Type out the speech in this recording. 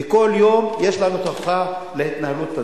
וכל יום יש לנו את ההוכחה להתנהלות הזאת.